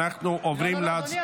אנחנו עוברים --- אדוני,